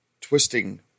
twisting